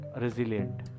resilient